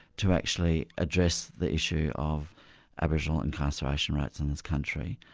to actually address the issue of aboriginal incarceration rates in this country,